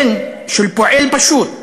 בן של פועל פשוט,